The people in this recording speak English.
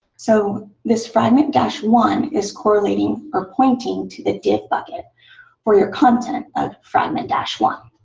so this fragment ah one is correlating or pointing to the div bucket for your content of fragment ah one.